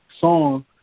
song